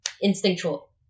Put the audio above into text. instinctual